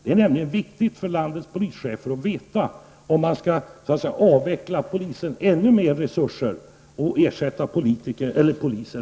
Det är nämligen viktigt för landets polischefer att veta om man skall frånhända polisen ännu mer resurser och ersätta polisen med politiker.